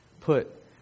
put